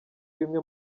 bimwe